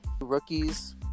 rookies